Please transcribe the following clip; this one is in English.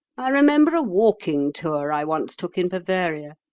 i remember a walking tour i once took in bavaria.